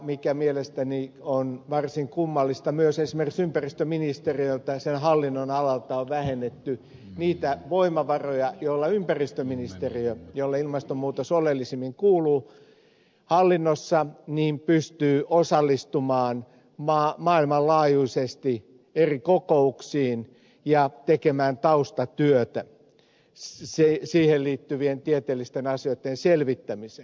mikä mielestäni on varsin kummallista myös esimerkiksi ympäristöministeriöltä sen hallinnonalalta on vähennetty niitä voimavaroja joilla ympäristöministeriö jolle ilmastonmuutos oleellisimmin kuuluu hallinnossa pystyy osallistumaan maailmanlaajuisesti eri kokouksiin ja tekemään taustatyötä siihen liittyvien tieteellisten asioitten selvittämiseen